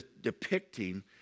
depicting